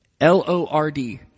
L-O-R-D